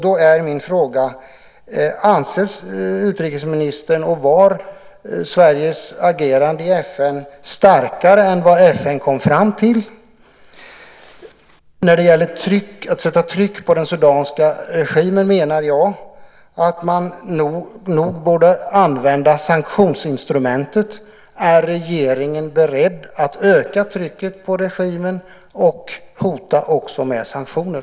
Då är min fråga: Anser utrikesministern att Sveriges agerande i FN var starkare än det som FN kom fram till? När det gäller att sätta tryck på den sudanska regimen menar jag att man nog borde använda sanktionsinstrumentet. Är regeringen beredd att öka trycket på regimen och också hota med sanktioner?